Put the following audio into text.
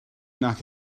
nac